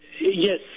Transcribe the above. Yes